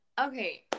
okay